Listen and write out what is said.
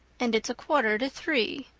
and it's a quarter to three.